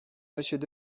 monsieur